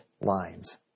lines